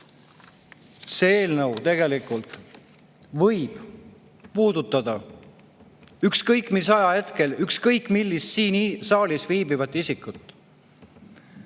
see eelnõu võib puudutada ükskõik mis ajahetkel ükskõik millist siin saalis viibivat isikut.